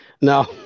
no